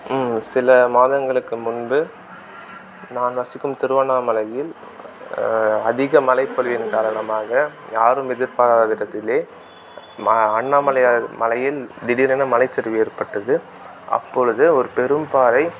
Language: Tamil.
சில மாதங்களுக்கு முன்பு நான் வசிக்கும் திருவண்ணாமலையில் அதிக மழைப்பொழிவின் காரணமாக யாரும் எதிர்பாராத விதத்திலே ம அண்ணாமலையார் மலையில் திடீரென மலைச்சரிவு ஏற்பட்டது அப்பொழுது ஒரு பெரும் பாறை